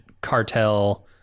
cartel